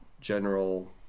general